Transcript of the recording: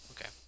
Okay